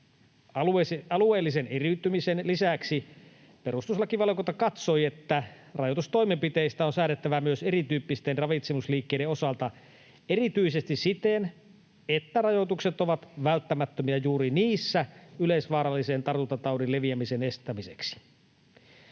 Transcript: Alueellisen eriytymisen lisäksi perustuslakivaliokunta katsoi, että rajoitustoimenpiteistä on säädettävä myös erityyppisten ravitsemusliikkeiden osalta erityisesti siten, että rajoitukset ovat välttämättömiä yleisvaarallisen tartuntataudin leviämisen estämiseksi